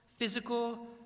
physical